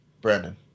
Brandon